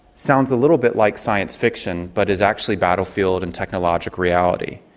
sounds a little bit like science fiction but is actually battlefield and technologic reality.